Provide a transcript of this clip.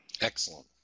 Excellent